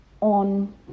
on